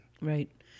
right